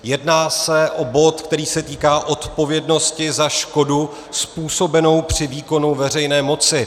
Jedná se o bod, který se týká odpovědnosti za škodu způsobenou při výkonu veřejné moci.